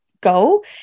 go